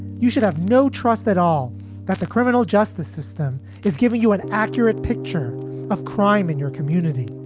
you should have no trust at all about the criminal justice system is giving you an accurate picture of crime in your community.